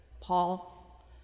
Paul